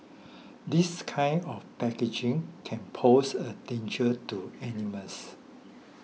this kind of packaging can pose a danger to animals